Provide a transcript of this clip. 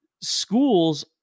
schools